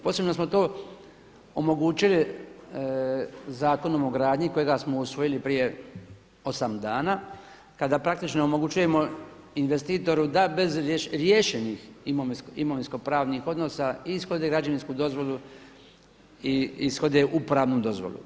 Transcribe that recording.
Posebno smo to omogućili Zakonom o gradnji kojega samo usvojili prije osam dana, kada praktično omogućujemo investitoru da bez riješenih imovinskopravnih odnosa ishode građevinsku dozvolu i ishode upravnu dozvolu.